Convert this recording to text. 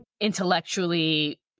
intellectually